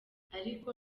ariko